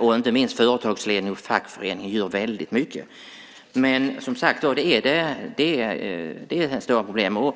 Inte minst företagsledning och fackförning gör också väldigt mycket. Men det är som sagt stora problem.